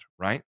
right